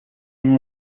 uno